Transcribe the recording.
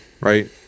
right